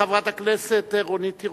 ואחריו, חברת הכנסת רונית תירוש.